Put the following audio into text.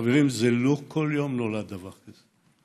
חברים, לא כל יום נולד דבר כזה,